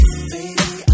Baby